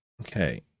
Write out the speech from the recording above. Okay